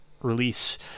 release